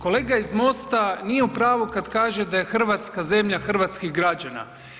Kolega iz MOST-a nije u pravu kad kaže da je Hrvatska zemlja hrvatskih građana.